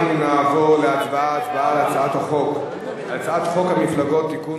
אנחנו נעבור להצבעה על הצעת חוק המפלגות (תיקון,